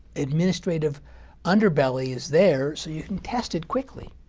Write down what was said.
administrative underbelly is there so you can test it quickly.